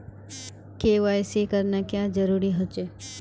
KYC करना क्याँ जरुरी होचे?